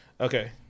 Okay